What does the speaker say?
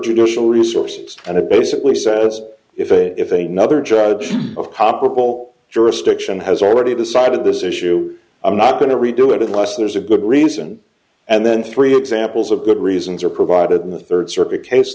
judicial resources and it basically says if it if a number judge of probable jurisdiction has already decided this issue i'm not going to redo it unless there's a good reason and then three examples of good reasons are provided in the third circuit case